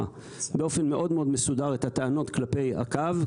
באופן מאוד מאוד מסודר את הטענות כלפי הקו,